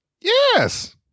Yes